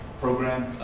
program.